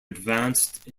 advanced